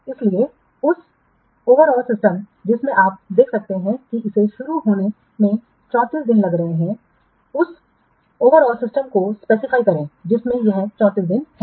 अ इसलिए उस overall system जिसमें आप देख सकते हैं कि इसे शुरू होने में 34 दिन लग रहे हैं उस समग्र सिस्टम को निर्दिष्ट करें जिसमें यह 34 दिन है